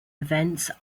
events